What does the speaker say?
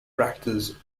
practiced